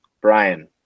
Brian